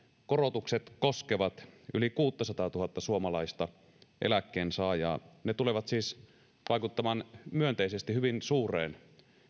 korotukset koskevat yli kuuttasataatuhatta suomalaista eläkkeensaajaa ne tulevat siis vaikuttamaan myönteisesti hyvin suureen